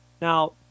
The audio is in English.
now